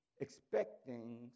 Expecting